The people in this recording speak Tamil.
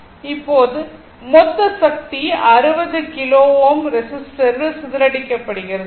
இப்போது மொத்த சக்தி 60 கிலோ Ω ரெஸிஸ்டரில் சிதறடிக்கப்படுகிறது